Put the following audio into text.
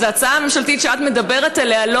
אז ההצעה הממשלתית שאת מדברת עליה לא